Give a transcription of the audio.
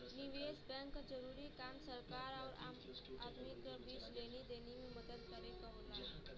निवेस बैंक क जरूरी काम सरकार आउर आम आदमी क बीच लेनी देनी में मदद करे क होला